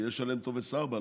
שיש עליהן טופס 4,